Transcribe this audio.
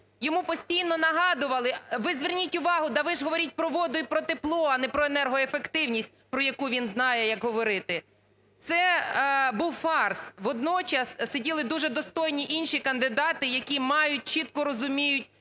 Йому постійно нагадували: "Ви зверніть увагу, да ви ж говоріть про воду і про тепло, а не про енергоефективність", - про яку він знає, як говорити. Це був фарс. Водночас сиділи дуже достойні інші кандидати, які мають, чітко розуміють,